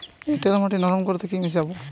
এঁটেল মাটি নরম করতে কি মিশাব?